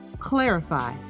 clarify